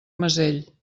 mesell